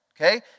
Okay